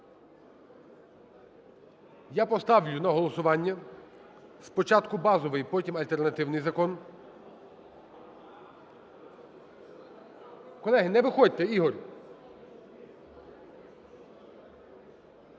Я поставлю на голосування спочатку базовий, потім альтернативний закон. Колеги, не виходьте. Ігор!